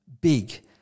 big